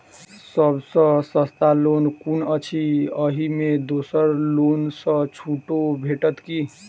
सब सँ सस्ता लोन कुन अछि अहि मे दोसर लोन सँ छुटो भेटत की?